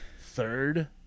third